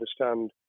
understand